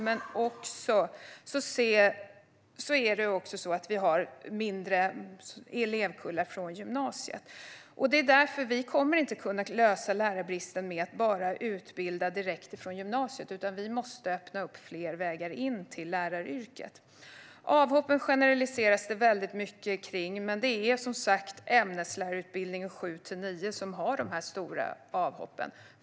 Men det beror också på att vi har mindre elevkullar från gymnasiet. Därför kommer vi inte att kunna lösa problemen med lärarbristen bara genom att utbilda människor som kommer direkt från gymnasiet, utan vi måste öppna upp fler vägar in till läraryrket. Det generaliseras mycket kring avhoppen. Men det är inom ämneslärarutbildningen för årskurs 7-9 som man har de stora avhoppen.